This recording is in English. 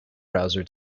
browser